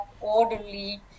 orderly